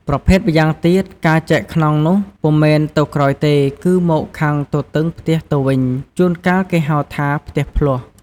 ប្រភេទម៉្យាងទៀត ការចែកខ្នងនោះពុំមែនទៅក្រោយទេ គឺមកខាងទទឹងផ្ទះទៅវិញ ជួន កាលគេហៅថា “ផ្ទះភ្លោះ”។